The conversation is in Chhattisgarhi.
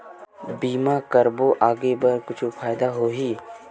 बीमा करबो आगे बर कुछु फ़ायदा होही?